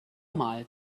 mal